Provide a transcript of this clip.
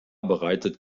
bereitet